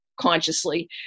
consciously